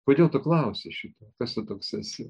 kodėl tu klausi šito kas tu toks esi